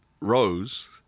rows